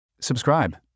Subscribe